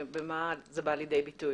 במה זה בא לידי ביטוי?